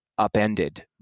upended